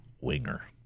winger